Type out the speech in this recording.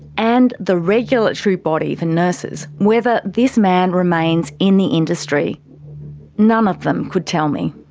and the regulatory body for nurses whether this man remains in the industry none of them could tell me.